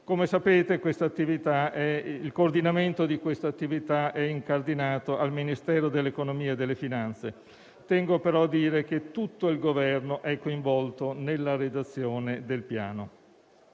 Come sapete, il coordinamento di quest'attività è incardinato al Ministero dell'economia e delle finanze. Ci tengo però a dire che tutto il Governo è coinvolto nella redazione del Piano.